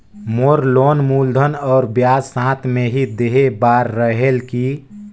मोर loan मूलधन और ब्याज साथ मे ही देहे बार रेहेल की?